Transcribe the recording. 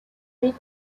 read